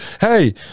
hey